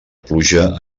pluja